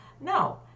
no